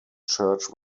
church